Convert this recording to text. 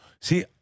See